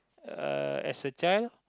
uh as a child